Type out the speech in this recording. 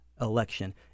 election